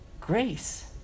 grace